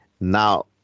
Now